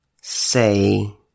say